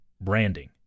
branding